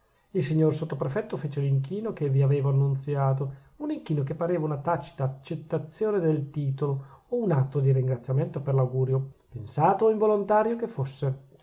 il signor sottoprefetto fece l'inchino che vi avevo annunziato un inchino che pareva una tacita accettazione del titolo o un atto di ringraziamento per l'augurio pensato o involontario che fosse